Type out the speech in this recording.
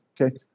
okay